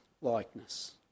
likeness